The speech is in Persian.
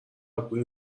بوی